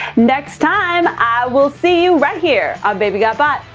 next time, i will see you right here on baby got bot.